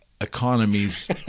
economies